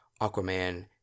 Aquaman